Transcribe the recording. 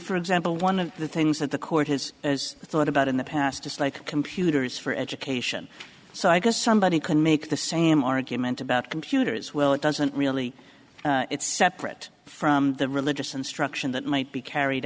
for example one of the things that the court has as i thought about in the past is like computers for education so i guess somebody can make the same argument about computers well it doesn't really it's separate from the religious instruction that might be carried